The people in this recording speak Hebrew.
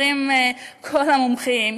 אומרים כל המומחים,